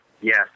Yes